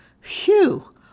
Phew